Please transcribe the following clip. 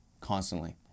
constantly